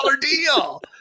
deal